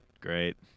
Great